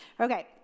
okay